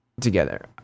Together